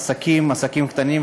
עסקים,